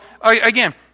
again